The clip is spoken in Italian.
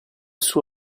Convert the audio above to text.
sue